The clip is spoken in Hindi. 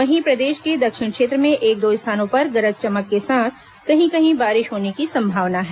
वहीं प्रदेश के दक्षिण क्षेत्र में एक दो स्थानों पर गरज चमक के साथ कहीं कहीं बारिश होने की संभावना है